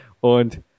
Und